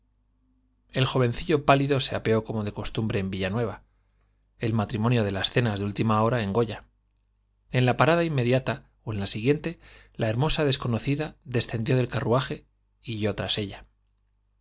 mortuorio eljovencillo pálido se apeó corno de costumbre en villanueva el matrimonio de las cenas de última hora en goya en la parada inmediata ó en la desconocida descendió del siguiente la hermosa carruaje y yo tras ella